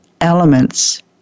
elements